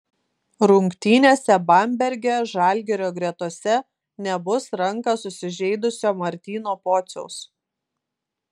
rungtynėse bamberge žalgirio gretose nebus ranką susižeidusio martyno pociaus